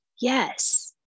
yes